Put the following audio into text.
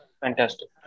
Fantastic